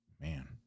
man